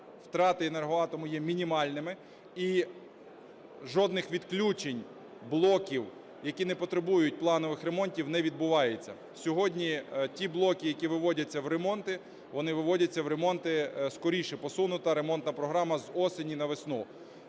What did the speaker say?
втрати "Енергоатому" є мінімальними і жодних відключень блоків, які не потребують планових ремонтів, не відбувається. Сьогодні ті блоки, які виводяться в ремонти, вони виводяться в ремонти скоріше, посунута ремонтна програма з осені на весну.